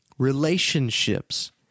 relationships